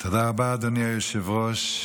תודה רבה, אדוני היושב-ראש,